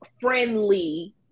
friendly